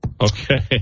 Okay